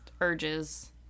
urges